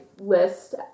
list